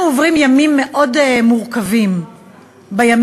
אנחנו עוברים ימים מאוד מורכבים בימים